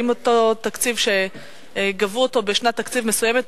האם אותו תקציב שגבו בשנת תקציב מסוימת,